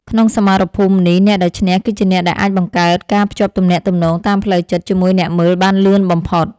ក្នុងសមរភូមិនេះ អ្នកដែលឈ្នះគឺជាអ្នកដែលអាចបង្កើត ការភ្ជាប់ទំនាក់ទំនងតាមផ្លូវចិត្ត ជាមួយអ្នកមើលបានលឿនបំផុត។